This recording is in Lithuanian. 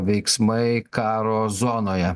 veiksmai karo zonoje